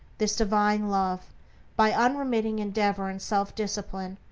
this divine love by unremitting endeavor in self-discipline,